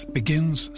begins